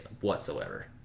whatsoever